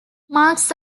masks